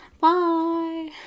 Bye